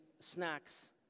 snacks